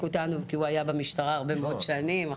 אותנו כי הוא היה במשטרה הרבה מאוד שנים.